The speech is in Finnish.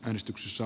äänestyksessä